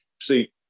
see